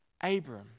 Abram